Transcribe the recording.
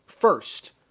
first